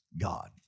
God